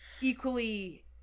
equally